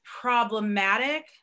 problematic